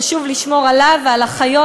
חשוב לשמור עליו ועל החיות,